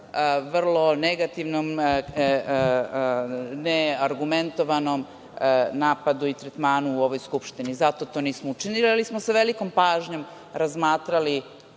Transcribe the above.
vrlo negativnom, ne argumentovanom napadu i tretmanu u ovoj Skupštini i zato to nismo učinili. Sa velikom pažnjom smo razmatrali